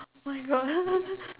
oh my God